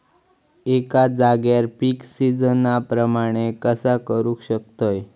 एका जाग्यार पीक सिजना प्रमाणे कसा करुक शकतय?